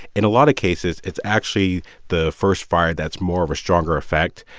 in a lot of cases, it's actually the first fired that's more of a stronger effect,